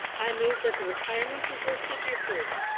i move that the retirements as listed be approved.